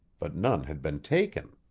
but none had been taken.